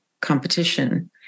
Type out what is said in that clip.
competition